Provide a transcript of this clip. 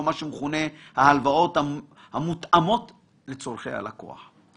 או מה שמכונה ההלוואות "המותאמות" לצורכי הלקוח.